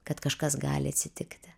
kad kažkas gali atsitikti